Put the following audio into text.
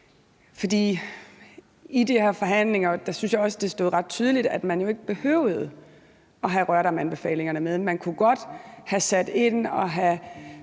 kort. I de forhandlinger synes jeg også at det stod ret tydeligt, at man jo ikke behøvede at have Rørdamanbefalingerne med. Man kunne godt have sat ind og have